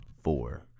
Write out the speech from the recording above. four